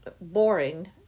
Boring